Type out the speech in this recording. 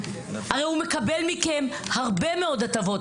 הרי הוא מקבל מכם הרבה מאוד הטבות,